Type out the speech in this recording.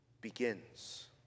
begins